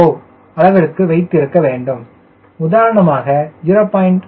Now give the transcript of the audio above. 4 அளவிற்கு வைத்திருக்க வேண்டும் உதாரணமாக 0